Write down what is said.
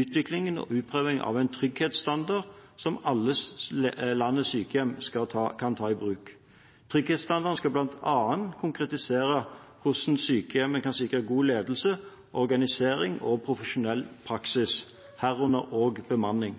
utviklingen og utprøvingen av en trygghetsstandard som alle landets sykehjem kan ta i bruk. Trygghetsstandarden skal bl.a. konkretisere hvordan sykehjemmet kan sikre god ledelse, organisering og profesjonell praksis, herunder òg bemanning.